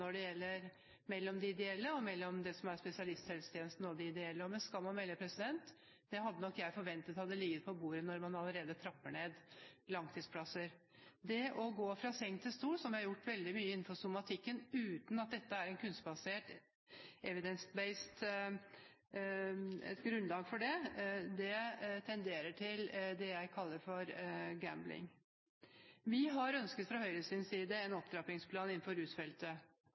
når det gjelder de ideelle og når det gjelder spesialisthelsetjenesten. Med skam å melde: Det hadde jeg forventet hadde ligget på bordet når man allerede trapper ned langtidsplasser. Det å gå fra seng til stol, som vi har gjort veldig mye innenfor somatikken – uten at dette er kunnskapsbasert eller «evidence-based» – tenderer til det jeg kaller gambling. Vi har fra Høyres side ønsket en opptrappingsplan innenfor rusfeltet.